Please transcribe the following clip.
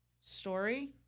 story